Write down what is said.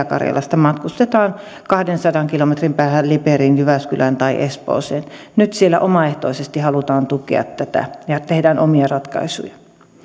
karjalasta matkustetaan kahdensadan kilometrin päähän liperiin jyväskylään tai espooseen ja nyt siellä omaehtoisesti halutaan tukea tässä ja tehdään omia ratkaisuja